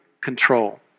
control